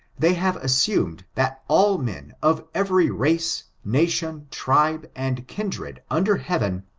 they have assumed that all men of every race, nation, tribe, and kindred under heaven,